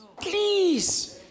please